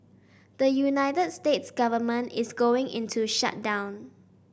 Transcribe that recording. the United States government is going into shutdown